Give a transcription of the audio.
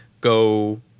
go